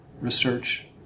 research